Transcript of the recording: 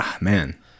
man